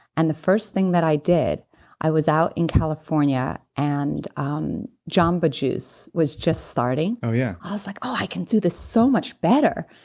and the first thing that i did i was out in california and um jamba juice was just starting oh yeah i was like, oh, i can do this so much better,